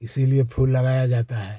इसी लिए फूल लगाए जाते हैं